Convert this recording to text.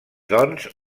doncs